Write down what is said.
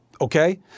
okay